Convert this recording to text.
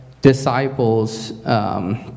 disciples